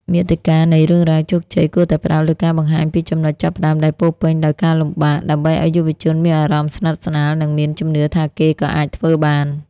មាតិកានៃរឿងរ៉ាវជោគជ័យគួរតែផ្ដោតលើការបង្ហាញពីចំណុចចាប់ផ្ដើមដែលពោរពេញដោយការលំបាក ដើម្បីឱ្យយុវជនមានអារម្មណ៍ស្និទ្ធស្នាល និងមានជំនឿថាគេក៏អាចធ្វើបាន។